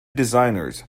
designers